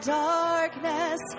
darkness